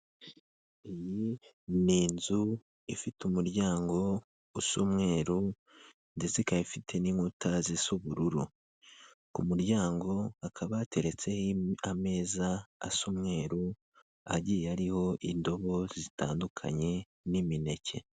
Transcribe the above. Iyi ni inzu, ifite umuryango, usa umweru ndetse ikaba ifite n'inkuta zisa ubururu, ku muryango hakaba hateretse ameza asa umweruru agiye ariho indobo zitandukanye n'imineke.